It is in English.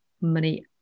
money